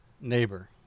neighbor